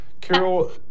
Carol